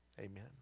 amen